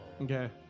Okay